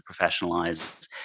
professionalize